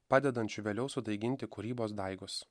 padedančiu vėliau sudaiginti kūrybos daigus